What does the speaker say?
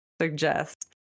suggest